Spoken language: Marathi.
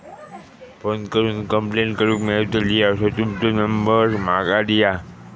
फोन करून कंप्लेंट करूक मेलतली असो तुमचो नंबर माका दिया?